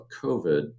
COVID